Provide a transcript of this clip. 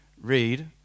read